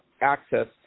access